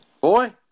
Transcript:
boy